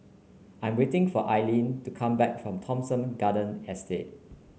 I am waiting for Aleen to come back from Thomson Garden Estate